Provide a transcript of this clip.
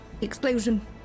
explosion